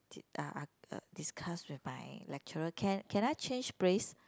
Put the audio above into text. uh uh uh discuss with my lecturer can can I change place